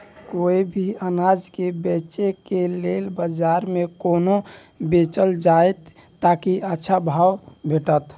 कोय भी अनाज के बेचै के लेल बाजार में कोना बेचल जाएत ताकि अच्छा भाव भेटत?